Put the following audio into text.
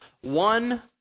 one